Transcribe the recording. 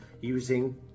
using